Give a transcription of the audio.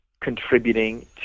contributing